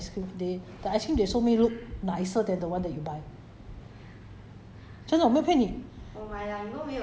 orh 我要叫我要忘记找问我的朋友他们去哪里买那些 ice cream they the ice cream they show me look nicer than the one that you buy